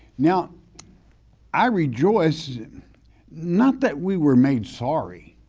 now i rejoice um not that we were made sorry,